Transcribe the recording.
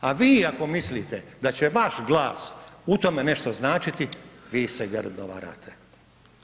A vi ako mislite da će vaš glas u tome nešto značiti vi se grdo varate.